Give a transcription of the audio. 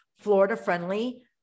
Florida-friendly